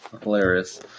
Hilarious